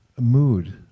Mood